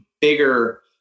bigger